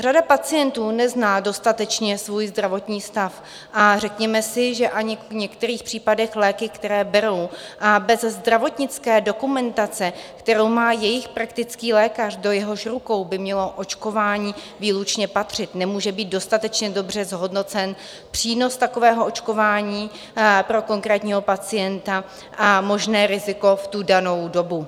Řada pacientů nezná dostatečně svůj zdravotní stav a řekněme si, že ani v některých případech léky, které berou, a bez zdravotnické dokumentace, kterou má jejich praktický lékař, do jehož rukou by mělo očkování výlučně patřit, nemůže být dostatečně dobře zhodnocen přínos takového očkování pro konkrétního pacienta a možné riziko v tu danou dobu.